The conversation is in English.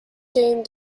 dame